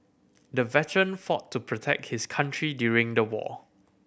the veteran fought to protect his country during the war